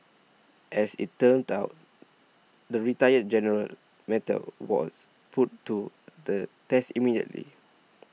as it turned out the retired general's mettle was put to the test immediately